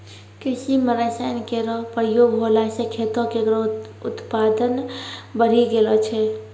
कृषि म रसायन केरो प्रयोग होला सँ खेतो केरो उत्पादन बढ़ी गेलो छै